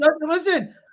Listen